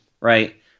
right